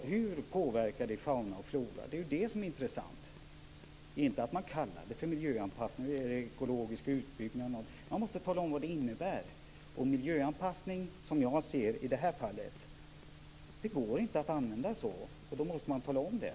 Hur påverkar det fauna och flora? Det är det som är intressant, inte att man kallar det "miljöanpassning", "ekologisk utbyggnad" eller någonting annat. Man måste tala om vad det innebär. Som jag ser det går det inte att använda ordet "miljöanpassning" i det här fallet, och då måste man tala om det.